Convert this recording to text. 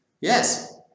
yes